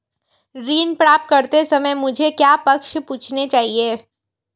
ऋण प्राप्त करते समय मुझे क्या प्रश्न पूछने चाहिए?